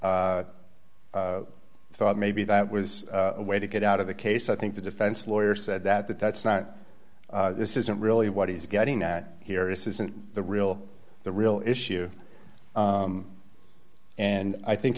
he thought maybe that was a way to get out of the case i think the defense lawyer said that that that's not this isn't really what he's getting at here isn't the real the real issue and i think